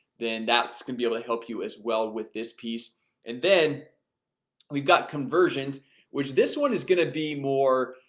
then that's gonna be able to help you as well with this piece and then we've got conversions which this one is gonna be more